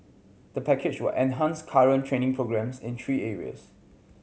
the package will enhance current training programmes in three areas